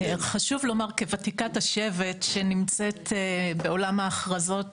חשוב לומר כוותיקת השבט, שנמצאת בעולם ההכרזות